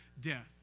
death